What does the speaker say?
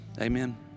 Amen